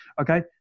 Okay